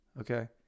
Okay